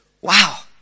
wow